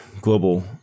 Global